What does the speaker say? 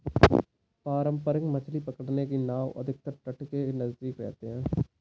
पारंपरिक मछली पकड़ने की नाव अधिकतर तट के नजदीक रहते हैं